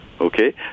okay